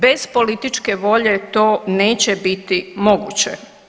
Bez političke volje to neće biti moguće.